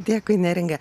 dėkui neringa